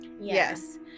yes